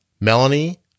Melanie